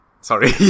Sorry